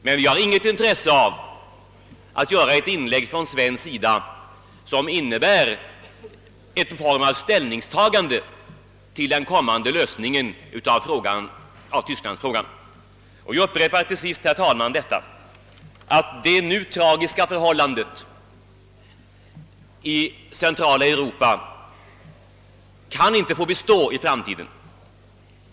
Men vi har inte något intresse av ett inlägg från svensk sida som innebär en form av ställningstagande till den kommande lösningen av Tysklandsfrågan. Jag upprepar till sist, herr talman, att det nuvarande tragiska förhållandet i centrala Europa inte kan få bestå i framtiden.